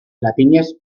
latinez